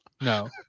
No